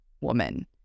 woman